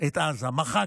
את עזה, מחקנו.